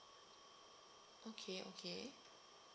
okay okay